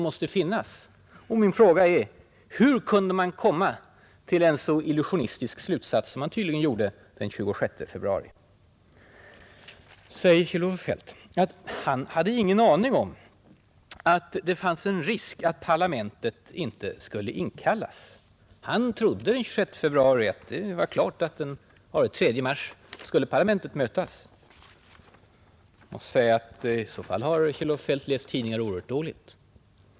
Min fråga är därför: Hur kunde man komma till en så illusionistisk slutsats som man tydligen gjorde den 26 februari? Kjell-Olof Feldt säger att han hade ingen aning om att det fanns en risk för att parlamentet inte skulle inkallas. Han trodde den 26 februari att det var klart att parlamentet skulle samlas den 3 mars. I så fall har Kjell-Olof Feldt läst tidningarna oerhört dåligt.